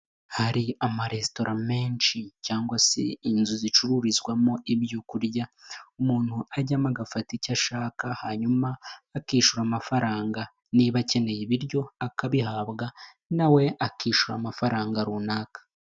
Hari amaresitora menshi cyangwa se inzu zicururizwamo ibyo kurya umuntu ajyamo agafata icyo ashaka hanyuma akishyura amafaranga niba akeneye ibiryo akabihabwa na we akishyura amafaranga runaka.